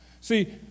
See